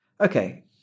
Okay